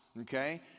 Okay